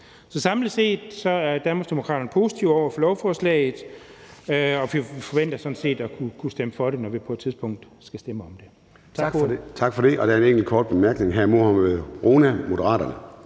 Så samlet set er Danmarksdemokraterne positive over for lovforslaget, og vi forventer sådan set at kunne stemme for det, når vi på et tidspunkt skal stemme om det. Tak for ordet. Kl. 10:15 Formanden (Søren Gade): Tak for det.